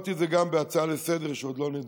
ואמרתי את זה גם בהצעה לסדר-היום שעוד לא נדונה,